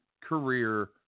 career